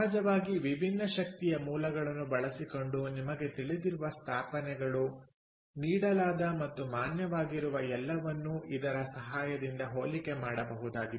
ಸಹಜವಾಗಿ ವಿಭಿನ್ನ ಶಕ್ತಿಯ ಮೂಲಗಳನ್ನು ಬಳಸಿಕೊಂಡು ನಿಮಗೆ ತಿಳಿದಿರುವ ಸ್ಥಾಪನೆಗಳು ನೀಡಲಾದ ಮತ್ತು ಮಾನ್ಯವಾಗಿರುವ ಎಲ್ಲವನ್ನು ಇದರ ಸಹಾಯದಿಂದ ಹೋಲಿಕೆ ಮಾಡಬಹುದಾಗಿದೆ